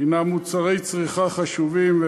הם מוצרי צריכה חשובים,